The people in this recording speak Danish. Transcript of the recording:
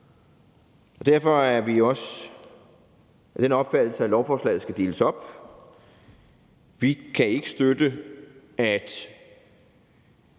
Derfor er vi også af den opfattelse, at lovforslaget skal deles op. Vi kan ikke støtte, at